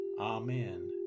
Amen